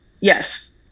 Yes